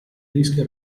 rischio